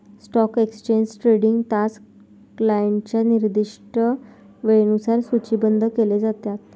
stock exchange trading तास क्लायंटच्या निर्दिष्ट वेळेनुसार सूचीबद्ध केले जातात